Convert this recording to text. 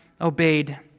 obeyed